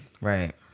Right